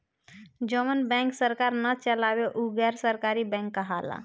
जवन बैंक सरकार ना चलावे उ गैर सरकारी बैंक कहाला